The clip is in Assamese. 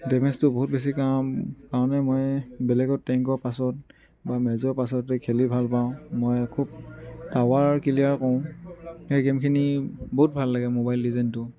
ডেমেজটো বহুত বেছি কাৰণে মই বেলেগৰ টেংকৰ পাছত মই মেজৰ পাছত মই খেলি ভাল পাওঁ মই খুব টাৱাৰ কিলিয়াৰ কৰোঁ সেই গেমখিনি বহুত ভাল লাগে মোবাইল লিজেণ্ডটো